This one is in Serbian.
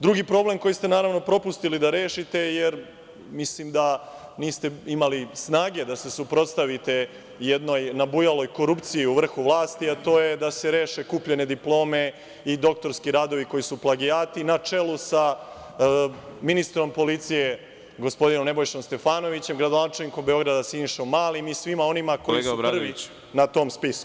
Drugi problem koji ste naravno propustili da rešite jer mislim niste imali snage da se suprotstavite jednoj nabujaloj korupciji u vrhu vlasti, a to je da se reše kupljene diplome i doktorski radovi koji su plagijati na čelu sa ministrom policije gospodinom Nebojšom Stefanovićem, gradonačelnikom Beograda Sinišom Malim i svima onim koji su prvi na tom spisku.